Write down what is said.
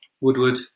Woodward